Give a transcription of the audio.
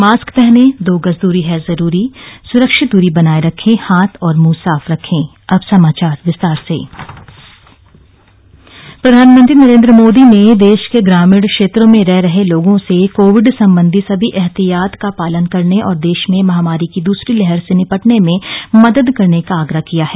mask पहनें दो गज दूरी है जरूरी सुरक्षित दूरी बनाये रखें हाथ और मुंह साफ रखें स्वामित्व योजना का शुभारंभ प्रधानमंत्री नरेन्द्र मोदी ने देश के ग्रामीण क्षेत्रों में रह रहे लोगों से कोविड संबंधी सभी एहतियात का पालन करने और देश में महामारी की दसरी लहर से निपटने में मदद करने का आग्रह किया है